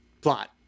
plot